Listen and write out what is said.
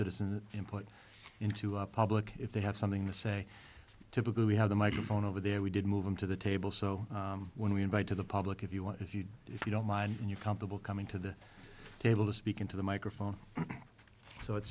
citizen input into law public if they have something to say typically we have the microphone over there we did move them to the table so when we invite to the public if you want if you if you don't mind you're comfortable coming to the table to speak into the microphone so